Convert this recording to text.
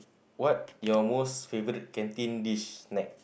what your most favorite canteen dish snack